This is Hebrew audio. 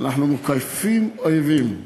אנחנו מוקפים אויבים,